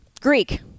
Greek